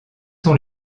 sont